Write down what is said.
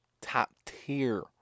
Top-tier